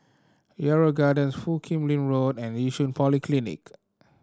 Yarrow Garden Foo Kim Lin Road and Yishun Polyclinic